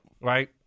Right